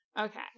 Okay